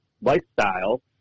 lifestyle